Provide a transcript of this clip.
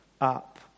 up